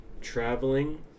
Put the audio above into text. traveling